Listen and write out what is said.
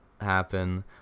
happen